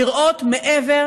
לראות מעבר